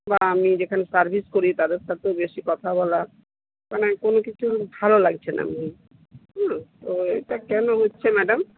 বা আমি যেখানে সার্ভিস করি তাদের সাথেও বেশি কথা বলা মানে কোনো কিছু ভালো লাগছে না হ্যাঁ তো এটা কেন হচ্ছে ম্যাডাম